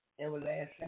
everlasting